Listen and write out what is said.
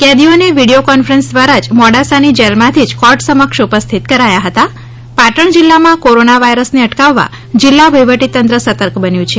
કેદીઓને video conference દ્વારા જ મોડાસાની જેલમાંથી જ કોર્ટ સમક્ષ ઉપસ્થિત કરાયા હતા પાટણ જિલ્લામાં કોરોના વાયરસને અટકાવવા જિલ્લા વહિવટી તંત્ર સતર્ક બન્યું છે